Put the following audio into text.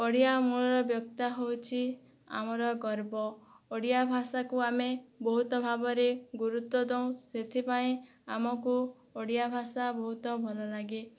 ଓଡ଼ିଆ ମୋର ବ୍ୟକ୍ତା ହେଉଛି ଆମର ଗର୍ବ ଓଡ଼ିଆ ଭାଷାକୁ ଆମେ ବହୁତ ଭାବରେ ଗୁରୁତ୍ୱ ଦେଉ ସେଥିପାଇଁ ଆମକୁ ଓଡ଼ିଆ ଭାଷା ବହୁତ ଭଲ ଲାଗେ